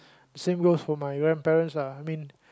same goes for my grandparents lah I mean